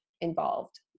involved